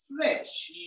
flesh